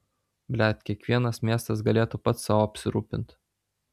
blet kiekvienas miestas galėtų pats sau apsirūpint